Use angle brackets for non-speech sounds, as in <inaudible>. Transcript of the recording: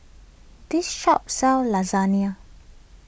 this shop sells <unintelligible>